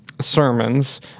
sermons